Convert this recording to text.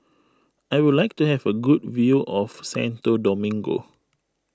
I would like to have a good view of Santo Domingo